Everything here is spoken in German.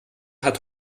hat